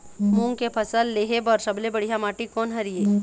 मूंग के फसल लेहे बर सबले बढ़िया माटी कोन हर ये?